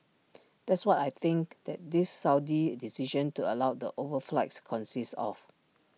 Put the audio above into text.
that's what I think that this Saudi decision to allow the overflights consists of